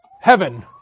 heaven